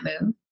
move